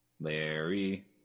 Larry